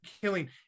killing